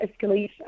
escalation